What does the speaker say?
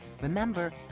Remember